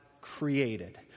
created